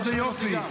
היא מסכימה?